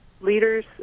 leaders